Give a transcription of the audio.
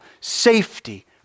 safety